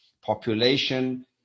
population